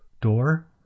Door